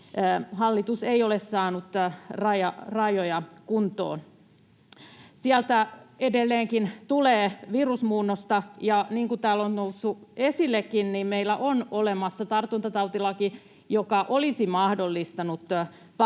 Hallitus ei ole saanut rajoja kuntoon: sieltä edelleenkin tulee virusmuunnosta. Ja niin kuin täällä on noussut esillekin, meillä on olemassa tartuntatautilaki, joka olisi mahdollistanut pakkotestit